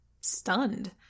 stunned